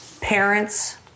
parents